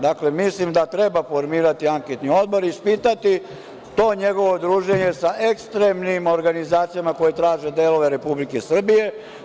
Dakle, mislim da treba formirati anketni odbor i ispitati to njegovo druženje sa ekstremnim organizacijama koje traže delove Republike Srbije.